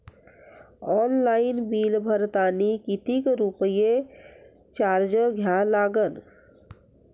Online bill भरतानी कितीक रुपये चार्ज द्या लागन?